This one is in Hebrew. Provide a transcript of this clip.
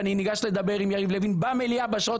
ואני ניגש לדבר עם יריב לוין במליאה בשעות